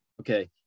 okay